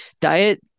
diet